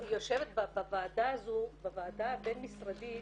יושבת בוועדה הבין משרדית,